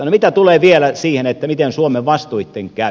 no mitä tulee vielä siihen miten suomen vastuitten käy